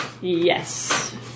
yes